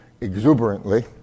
exuberantly